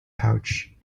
pouch